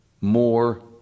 more